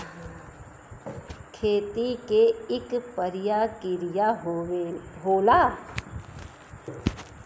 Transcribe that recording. खेती के इक परिकिरिया होला